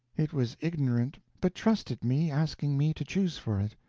it was ignorant, but trusted me, asking me to choose for it.